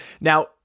Now